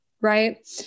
right